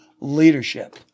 leadership